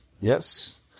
Yes